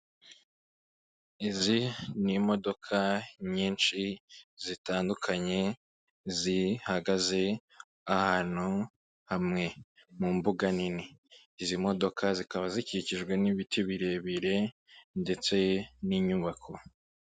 Izi ni imodoka nyinshi zitandukanye, zihagaze ahantu hamwe mu mbuga nini, izi modoka zikaba zikikijwe n'ibiti birebire ndetse n'inyubako.